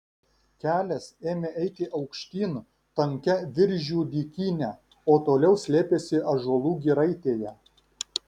kelias ėmė eiti aukštyn tankia viržių dykyne o toliau slėpėsi ąžuolų giraitėje